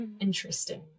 Interesting